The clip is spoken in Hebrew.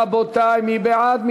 רבותי, מי בעד?